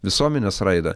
visuomenės raidą